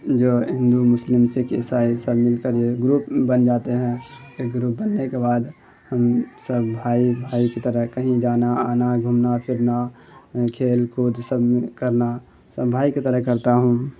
جو ہندو مسلم سکھ عیسائی سب مل کر یہ گروپ بن جاتے ہیں ایک گروپ بننے کے بعد ہم سب بھائی بھائی کی طرح کہی جانا آنا گھومنا پھرنا کھیل کود سب کرنا سب بھائی کی طرح کرتا ہوں